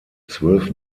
zwölf